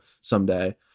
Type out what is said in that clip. someday